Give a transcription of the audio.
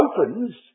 opens